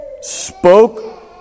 spoke